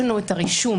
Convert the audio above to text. יש לנו את הרישום,